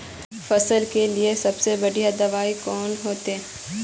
फसल के लिए सबसे बढ़िया दबाइ कौन होते?